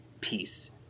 peace